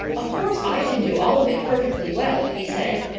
of course i can do all of it perfectly well, he said.